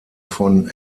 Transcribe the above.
von